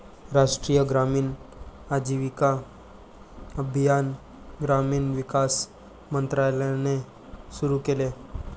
राष्ट्रीय ग्रामीण आजीविका अभियान ग्रामीण विकास मंत्रालयाने सुरू केले